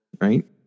right